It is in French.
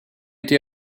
été